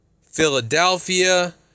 Philadelphia